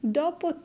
dopo